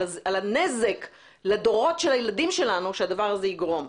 הנזק לדורות של הילדים שלנו שהדבר הזה יגרום.